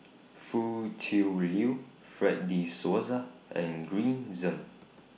Foo Tui Liew Fred De Souza and Green Zeng